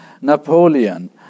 Napoleon